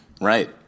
Right